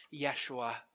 Yeshua